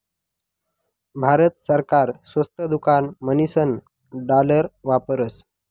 भारत सरकार स्वस्त दुकान म्हणीसन डालर वापरस